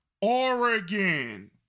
Oregon